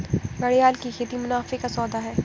घड़ियाल की खेती मुनाफे का सौदा है